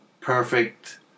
perfect